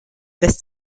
lässt